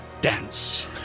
dance